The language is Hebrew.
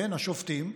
כן, השופטים,